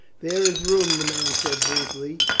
there is room, the man said briefly.